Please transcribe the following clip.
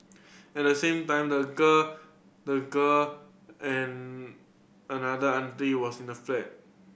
at the same time the girl the girl and another anti was in the flat